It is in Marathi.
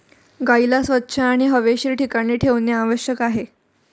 गाईला स्वच्छ आणि हवेशीर ठिकाणी ठेवणे आवश्यक आहे